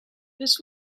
this